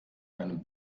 einem